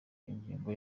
ingengo